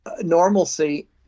normalcy